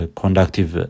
conductive